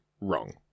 wrong